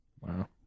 Wow